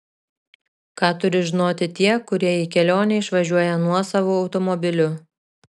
ką turi žinoti tie kurie į kelionę išvažiuoja nuosavu automobiliu